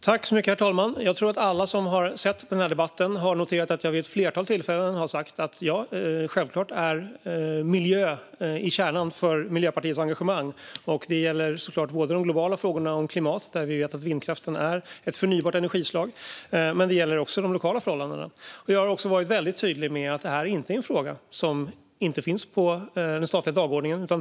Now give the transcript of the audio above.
Herr talman! Jag tror att alla som har sett debatten har noterat att jag vid ett flertal tillfällen har sagt att miljö självklart är kärnan för Miljöpartiets engagemang. Det gäller såklart både de globala frågorna om klimat, där vi vet att vindkraften är ett förnybart energislag, och de lokala förhållandena. Jag har också varit tydlig med att det här inte är en fråga som inte finns på den statliga dagordningen.